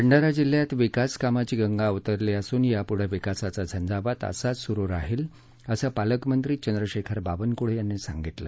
भंडारा जिल्हयात विकास कामाची गंगा अवतरली असून यापुढे विकासाचा झंझावात असाच सुरु राहील असं पालकमंत्री चंद्रशेखर बावनकूळे यांनी सांगितलं